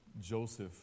Joseph